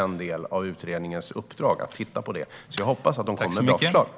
Det är definitivt en del av utredningens uppdrag att titta på det. Jag hoppas att de kommer med bra förslag.